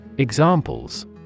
Examples